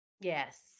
Yes